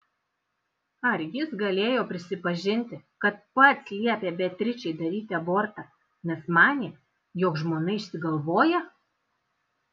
ar jis galėjo prisipažinti kad pats liepė beatričei daryti abortą nes manė jog žmona išsigalvoja